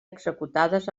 executades